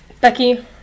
Becky